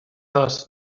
dos